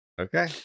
Okay